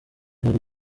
hari